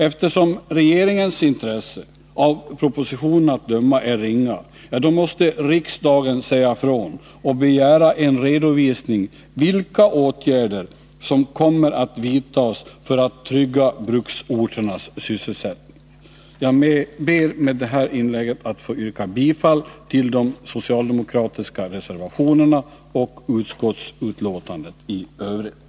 Eftersom regeringens intresse — av propositionen att döma -— är ringa, måste riksdagen säga ifrån och begära en redovisning av vilka åtgärder som kommer att vidtas för att trygga sysselsättningen på bruksorterna. Jag ber att med detta få yrka bifall till de socialdemokratiska reservationerna och i övrigt bifall till utskottets hemställan.